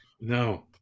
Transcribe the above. No